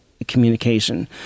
Communication